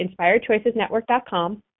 inspiredchoicesnetwork.com